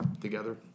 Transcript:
together